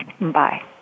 Bye